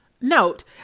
note